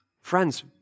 Friends